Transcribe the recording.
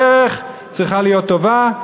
הדרך צריכה להיות טובה,